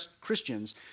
Christians